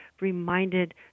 reminded